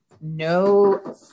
no